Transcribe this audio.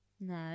No